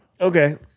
Okay